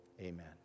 amen